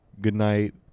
goodnight